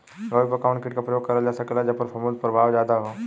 गोभी पर कवन कीट क प्रयोग करल जा सकेला जेपर फूंफद प्रभाव ज्यादा हो?